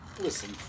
listen